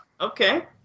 okay